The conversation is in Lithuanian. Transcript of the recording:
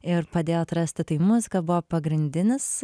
ir padėjo atrasti tai muzika buvo pagrindinis